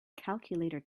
calculator